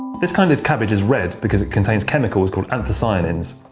this kind of cabbage is red because it contains chemicals called anthocyanins.